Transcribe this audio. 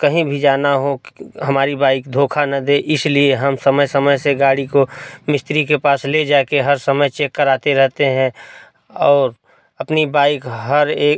कहीं भी जाना हो हमारी बाइक धोखा न दे इसलिए हम समय समय से गाड़ी को मिस्त्री के पास ले जा कर हर समय चेक कराते रहते हैं और अपनी बाइक हर एक